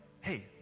Hey